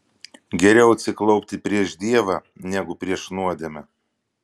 geriau atsiklaupti prieš dievą negu prieš nuodėmę